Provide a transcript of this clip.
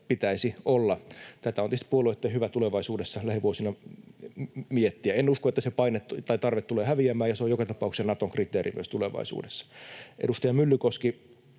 pitäisi olla. Tätä on tietysti puolueitten hyvä tulevaisuudessa lähivuosina miettiä. En usko, että se paine tai tarve tulee häviämään, ja se on joka tapauksessa Nato-kriteeri myös tulevaisuudessa. Edustaja Myllykoski,